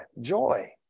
joy